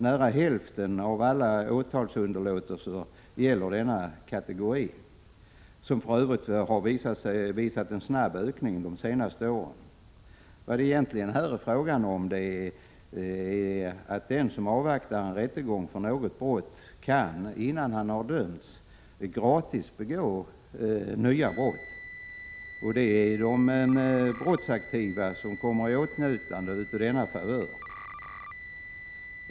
Nära hälften av alla åtalsunderlåtelser gäller denna kategori, som för övrigt har visat en snabb ökning de senaste åren. Vad det egentligen här är fråga om är att den som avvaktar rättegången för något brott kan, innan han har dömts, ”gratis” begå nya brott. Det är de brottsaktiva som kommer i åtnjutande av denna favör.